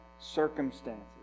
circumstances